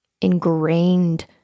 ingrained